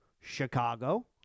chicago